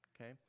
okay